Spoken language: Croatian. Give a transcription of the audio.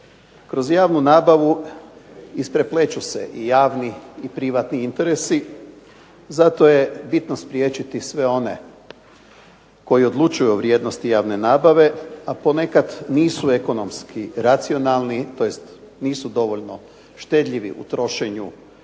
Kroz javnu nabavu isprepleću se i javni i privatni interesi, zato je bitno spriječiti sve one koji odlučuju o vrijednosti javne nabave, a ponekad nisu ekonomski racionalni tj. nisu dovoljno štedljivi u trošenju